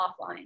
offline